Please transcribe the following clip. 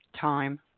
Time